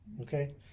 Okay